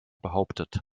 behauptet